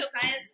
science